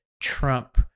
Trump